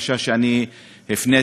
בקשה שאני הפניתי,